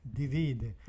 divide